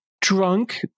drunk